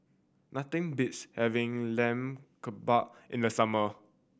nothing beats having Lamb Kebab in the summer